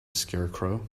scarecrow